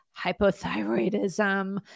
hypothyroidism